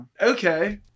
Okay